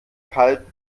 kalt